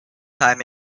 time